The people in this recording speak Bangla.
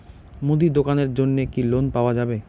মুদি দোকানের জন্যে কি লোন পাওয়া যাবে?